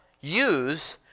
use